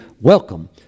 welcome